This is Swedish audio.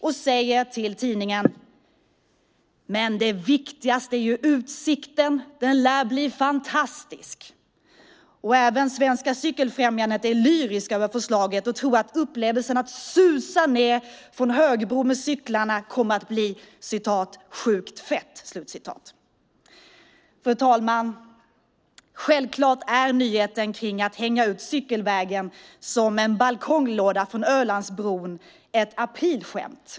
De säger till tidningen: Men det viktigaste är ju utsikten, den lär bli fantastisk. Även det svenska Cykelfrämjandet är lyriskt över förslaget och tror att upplevelsen att susa ned från högbron med cyklarna kommer att bli "sjukt fett". Fru talman! Självklart är nyheten kring Trafikverkets planer att hänga ut cykelvägen som en balkonglåda från Ölandsbron ett aprilskämt.